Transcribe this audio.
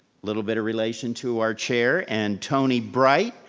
little bit of relation to our chair, and tony bright,